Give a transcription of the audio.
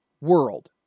world